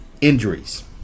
injuries